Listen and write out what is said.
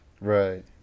Right